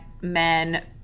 men